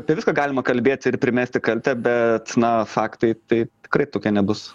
apie viską galima kalbėt ir primesti kaltę bet na faktai tai tikrai tokie nebus